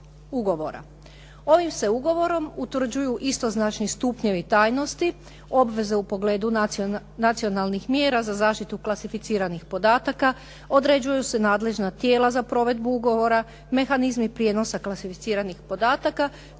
ugovora. Ovim se ugovorom utvrđuju istoznačni stupnjevi tajnosti, obveze u pogledu nacionalnih mjera za zaštitu klasificiranih podataka, određuju se nadležna tijela za provedbu ugovora, mehanizmi prijenosa klasificiranih podataka